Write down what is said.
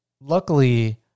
luckily